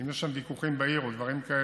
אם יש שם ויכוחים בעיר או דברים כאלה,